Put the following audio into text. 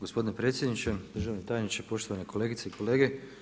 Gospodine predsjedniče, državni tajniče, poštovane kolegice i kolege.